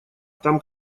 там